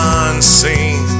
unseen